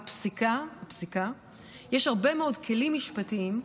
בפסיקה יש הרבה מאוד כלים משפטיים.